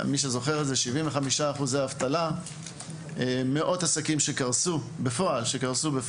ב-75% אבטלה ועם מאות עסקים שקרסו בפועל.